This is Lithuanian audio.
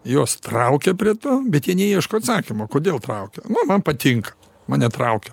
juos traukia prie to bet jie neieško atsakymo kodėl traukia nu man patinka mane traukia